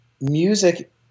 music